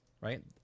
right